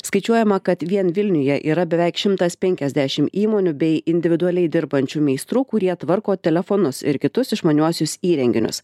skaičiuojama kad vien vilniuje yra beveik šimtas penkiasdešim įmonių bei individualiai dirbančių meistrų kurie tvarko telefonus ir kitus išmaniuosius įrenginius